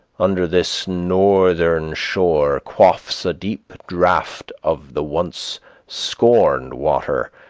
under this northern shore quaffs a deep draught of the once scorned water,